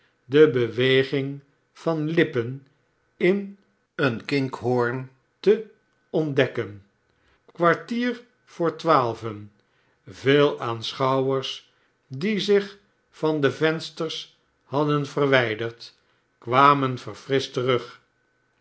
de beweging van lippen in een kinkhoorn teontdekken kwartier voor twaalven vele aanschouwers die zich van de vensters hadden verwijderd kwamen verfrischt terug